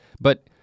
but-